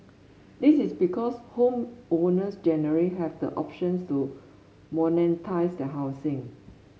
this is because homeowners generally have the options to monetise their housing